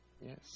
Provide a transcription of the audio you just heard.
Yes